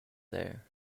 there